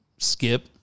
Skip